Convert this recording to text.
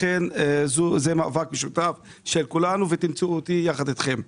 לכן זה מאבק משותף של כולנו ותמצאו אותי יחד אתכם.